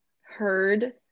heard